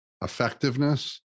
effectiveness